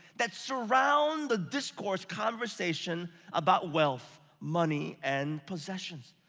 that surround the discourse conversation about wealth, money, and possessions.